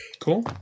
Cool